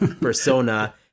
persona